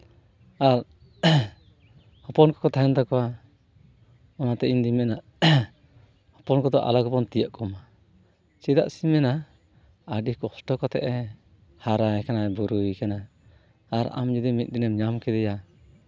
ᱟᱨ ᱦᱚᱯᱚᱱ ᱠᱚᱠᱚ ᱛᱟᱦᱮᱱ ᱛᱟᱠᱚᱣᱟ ᱚᱱᱟ ᱛᱮ ᱤᱧ ᱫᱩᱧ ᱢᱮᱱᱟ ᱦᱚᱯᱚᱱ ᱠᱚᱫᱚ ᱟᱞᱚ ᱜᱮᱵᱚᱱ ᱛᱤᱭᱟᱹᱜ ᱠᱚᱢᱟ ᱪᱮᱫᱟᱜ ᱥᱮᱧ ᱢᱮᱱᱟ ᱟᱹᱰᱤ ᱠᱚᱥᱴᱚ ᱠᱟᱛᱮ ᱮ ᱦᱟᱨᱟᱭᱮ ᱠᱟᱱᱟ ᱵᱩᱨᱩᱭᱮ ᱠᱟᱱᱟ ᱟᱨ ᱟᱢ ᱡᱩᱫᱤ ᱢᱤᱫ ᱫᱤᱱᱮᱢ ᱧᱟᱢ ᱠᱮᱫᱮᱭᱟ